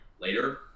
later